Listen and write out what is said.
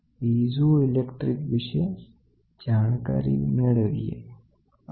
પણ ખેચાણ અને દબાણ બંનેમાં યુનિએક્સએલ સ્ટ્રેન માપી શકાય છે અને તમે આનો ઉપયોગ ટોર્ક માટે પણ કરી શકો છો